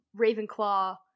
Ravenclaw